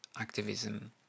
activism